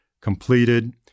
completed